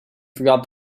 forgot